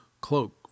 cloak